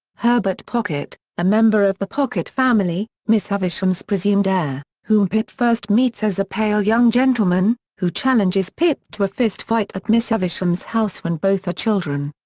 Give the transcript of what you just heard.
herbert pocket, a member of the pocket family, miss havisham's presumed heir, whom pip first meets as a pale young gentleman who challenges pip to a fist fight at miss havisham's house when both are children.